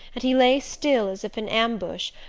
and he lay still, as if in ambush,